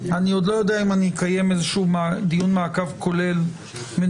אני עוד לא יודע אם אני אקיים איזה דיון מעקב כולל בנושא